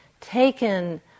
taken